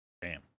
Bam